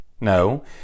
no